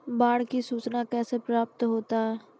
बाढ की सुचना कैसे प्राप्त होता हैं?